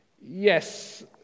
Yes